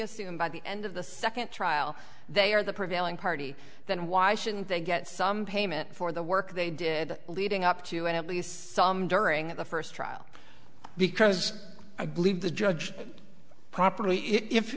assume by the end of the second trial they are the prevailing party then why shouldn't they get some payment for the work they did leading up to at least some during the first trial because i believe the judge properly if